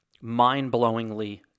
mind-blowingly